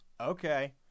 Okay